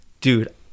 dude